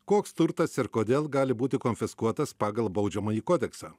koks turtas ir kodėl gali būti konfiskuotas pagal baudžiamąjį kodeksą